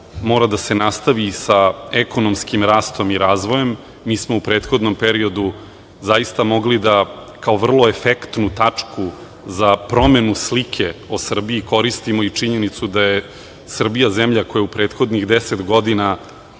mora da se nastavi i sa ekonomskim rastom i razvojem. Mi smo u prethodnom periodu zaista mogli da, kao vrlo efektnu tačku za promenu slike o Srbiji, koristimo i činjenicu da je Srbija zemlja koja je u prethodnih 10 godina